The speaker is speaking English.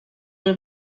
have